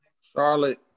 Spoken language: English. Charlotte